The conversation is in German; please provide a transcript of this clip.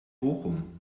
bochum